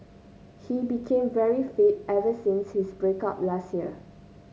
he became very fit ever since his break up last year